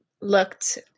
looked